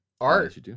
Art